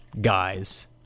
guys